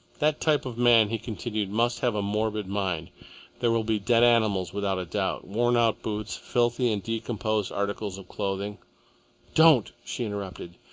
that type of man, he continued, must have a morbid mind there will be dead animals without a doubt, worn-out boots, filthy and decomposed articles of clothing don't! she interrupted.